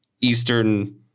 Eastern